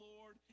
Lord